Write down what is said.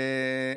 תודה.